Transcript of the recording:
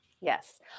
yes